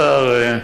אדוני השר,